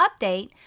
update